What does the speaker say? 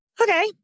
Okay